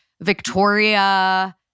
Victoria